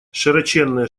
широченные